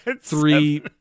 three